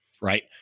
right